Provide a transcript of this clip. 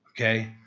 Okay